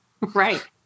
Right